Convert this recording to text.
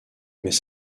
mais